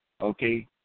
okay